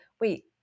wait